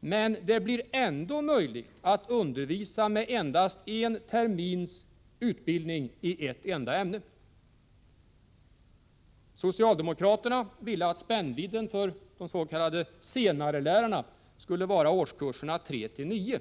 Men det blir ändå möjligt att undervisa med endast en termins utbildning i ett enda ämne. Socialdemokraterna ville att spännvidden för de s.k. senarelärarna skulle vara årskurserna 3-9.